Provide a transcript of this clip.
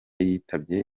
yitabye